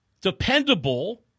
dependable